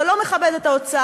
זה לא מכבד את ההוצאה.